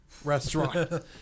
Restaurant